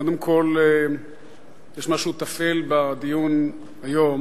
קודם כול, יש משהו תפל בדיון היום